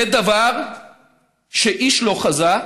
זה דבר שאיש לא חזה.